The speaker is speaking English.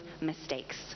mistakes